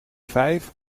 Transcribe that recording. vijf